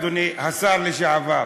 אדוני השר לשעבר,